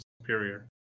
superior